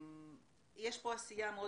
יש כאן עשייה מאוד